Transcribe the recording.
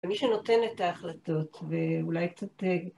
מי שנותן את ההחלטות, ואולי קצת...